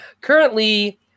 Currently